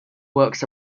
works